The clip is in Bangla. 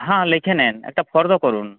হাঁ লিখে নিন একটা ফর্দ করুন